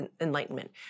Enlightenment